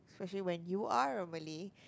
especially when you are a Malay